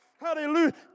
Hallelujah